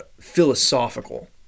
philosophical